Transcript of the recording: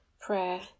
prayer